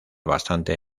bastante